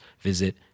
visit